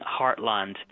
heartland